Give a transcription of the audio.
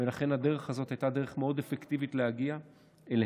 ולכן הדרך הזאת הייתה דרך מאוד אפקטיבית להגיע אליהן.